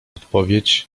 odpowiedź